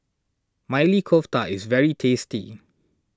Maili Kofta is very tasty